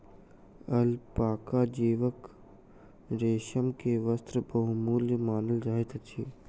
alpaca जीवक रेशम के वस्त्र बहुमूल्य मानल जाइत अछि